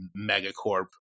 megacorp